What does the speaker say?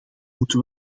moeten